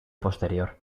posterior